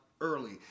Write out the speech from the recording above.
early